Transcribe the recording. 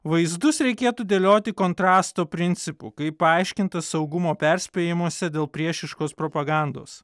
vaizdus reikėtų dėlioti kontrasto principu kaip paaiškinta saugumo perspėjimuose dėl priešiškos propagandos